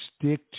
stick